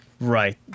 Right